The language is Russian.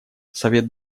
совет